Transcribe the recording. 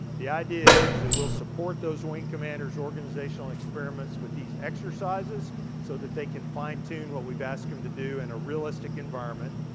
the idea is that we'll support those wing commanders organizational experiments with these exercises so that they can fine tune what we've asked them to do in and a realistic environment.